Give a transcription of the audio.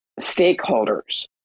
stakeholders